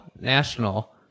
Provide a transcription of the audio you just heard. national